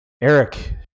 Eric